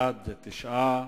בעד, 10,